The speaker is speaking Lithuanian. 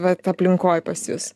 vat aplinkoj pas jus